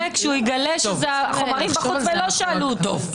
כשהוא יגלה שהחומרים בחוץ ולא שאלו אותו?